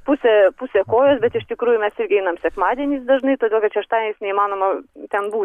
pusė pusė kojos bet iš tikrųjų mes irgi einam sekmadieniais dažnai todėl kad šeštadieniais neįmanoma ten būt